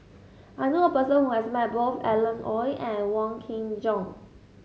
I know a person who has met both Alan Oei and Wong Kin Jong